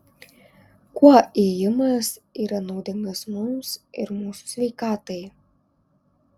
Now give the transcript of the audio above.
kuo ėjimas yra naudingas mums ir mūsų sveikatai